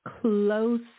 close